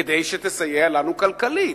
כדי שתסייע לנו כלכלית,